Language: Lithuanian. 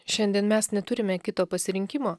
šiandien mes neturime kito pasirinkimo